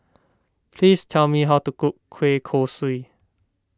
please tell me how to cook Kueh Kosui